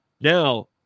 now